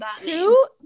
Two